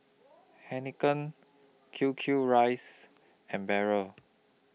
Heinekein Q Q Rice and Barrel